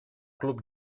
club